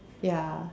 ya